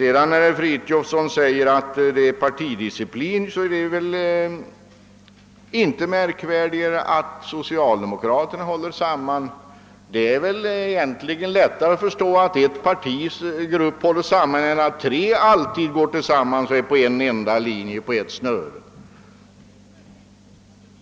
Vad beträffar herr Fridolfssons tal om Ppartidisciplinen är det väl inte märkvärdigare att socialdemokraterna håller samman än att andra partier gör det. Det är väl lättare att förstå att ett parti håller samman än att tre partier alltid går tillsammans och alltid företräder samma linje. Att sådan